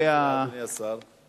אדוני השר?